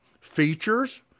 features